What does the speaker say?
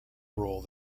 role